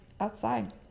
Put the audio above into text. outside